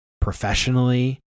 professionally